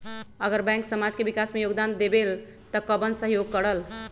अगर बैंक समाज के विकास मे योगदान देबले त कबन सहयोग करल?